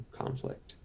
conflict